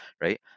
right